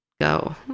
go